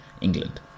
England